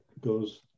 goes